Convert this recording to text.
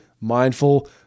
mindful